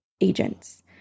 agents